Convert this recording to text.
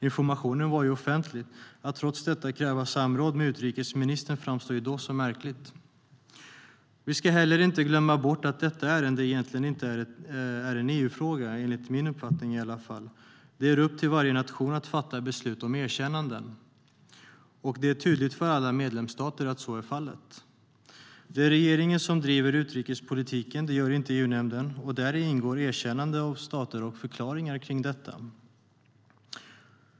Informationen var alltså offentlig. Att trots detta kräva samråd med utrikesministern framstår då som märkligt. Vi ska heller inte glömma bort att detta ärende egentligen inte är en EU-fråga, enligt min uppfattning i alla fall. Det är upp till varje nation att fatta beslut om erkännanden, och det är tydligt för alla medlemsstater att så är fallet. Det är regeringen som driver utrikespolitiken, inte EU-nämnden, och däri ingår erkännande av stater och förklaringar till detta.